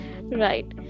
Right